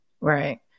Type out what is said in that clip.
Right